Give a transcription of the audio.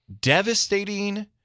devastating